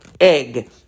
egg